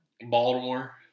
Baltimore